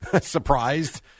Surprised